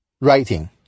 writing